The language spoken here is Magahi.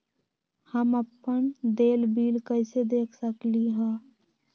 हम अपन देल बिल कैसे देख सकली ह?